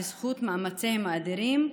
בזכות מאמציהם האדירים,